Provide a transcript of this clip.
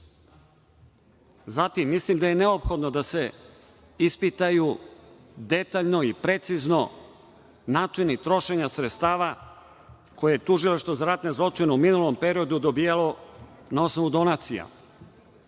mislim da je neophodno da se ispitaju detaljno i precizno načini trošenja sredstava koje je Tužilaštvo za ratne zločine u minulom periodu dobijalo na osnovu donacija.